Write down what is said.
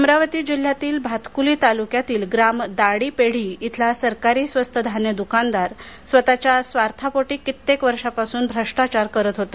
अमरावती जिल्ह्यातील भातकुली तालुक्यातील ग्राम दाडी पेढी इथला सरकारी स्वस्त धान्य दुकानदार स्वतःच्या स्वार्थापोटी कित्येक वर्षापासून भ्रष्टाचार करीत होता